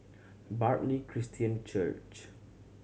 Bartley Christian Church